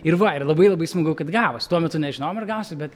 ir va ir labai labai smagu kad gavos tuo metu nežinojom ar gausis bet